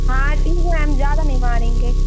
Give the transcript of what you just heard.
हाँ हम ज़्यादा नहीं मारेंगे